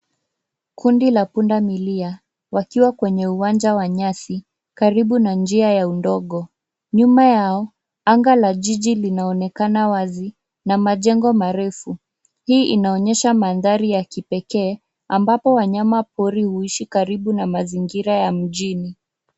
Kundi la pundamilia wakiwa kwenye uwanja wa nyasi karibu na njia ya udongo. Nyuma yao, anga la jiji linaonekana wazi na majengo marefu. Hii inaonyesha mandhari ya kipekee ambapo wanyamapori huishi karibu na mazingira ya mjini.